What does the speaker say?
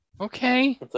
Okay